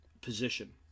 position